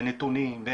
ונתונים,